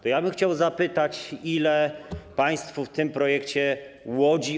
To ja bym chciał zapytać, ile państwo w tym projekcie oddacie Łodzi.